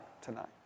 tonight